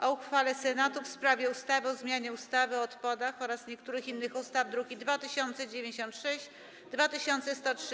o uchwale Senatu w sprawie ustawy o zmianie ustawy o odpadach oraz niektórych innych ustaw (druki nr 2096 i 2103)